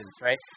right